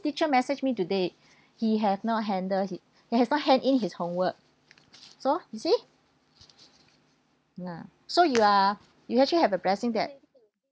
teacher message me today he have not handed he he has not hand in his homework so you see ah so you are you actually have a blessing that